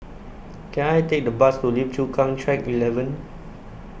Can I Take A Bus to Lim Chu Kang Track eleven